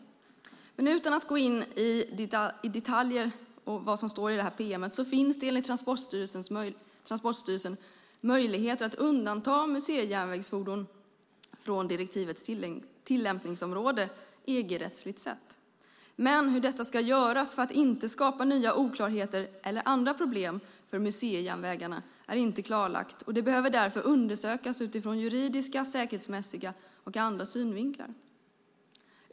Utan att gå in i detalj på vad som står i detta pm finns det enligt Transportstyrelsen möjligheter att undanta museijärnvägsfordon från direktivets tillämpningsområde EG-rättsligt sett. Men hur detta ska göras för att inte skapa nya oklarheter eller andra problem för museijärnvägarna är inte klarlagt, och det behöver därför undersökas utifrån juridiska, säkerhetsmässiga och andra synvinklar.